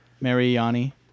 Mariani